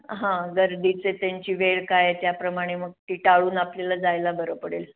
हां गर्दीचे त्यांची वेळ काय त्याप्रमाणे मग ती टाळून आपल्याला जायला बरं पडेल